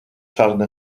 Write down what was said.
czarne